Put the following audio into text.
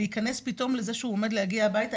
להיכנס פתאום לזה כשהוא עומד להגיע הביתה,